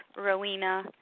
Rowena